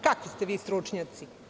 Kakvi ste vi stručnjaci?